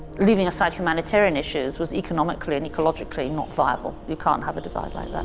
leaving aside humanitarian issues, was economically and ecologically not viable. you can't have a divide like